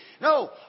No